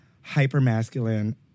hyper-masculine